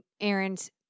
Aaron's